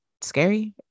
scary